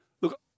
Look